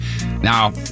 Now